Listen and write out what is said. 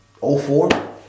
04